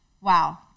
Wow